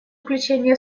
включение